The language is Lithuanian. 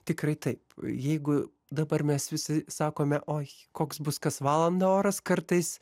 tikrai taip jeigu dabar mes visi sakome oi koks bus kas valandą oras kartais